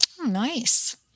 Nice